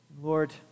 Lord